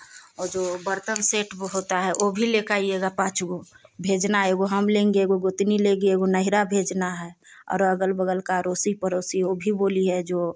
और जो बर्तन सेट हो होता है वह भी लेकर आईएगा पाँच गो भेजना एगो हम लेंगे ईगो गोतनी लेगी एगो नैहरा भेजना है और बगल बगल का अड़ोसी पड़ोसी वे भी बोली है जो